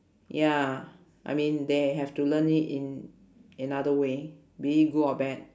ya I mean they have to learn it in another way be it good or bad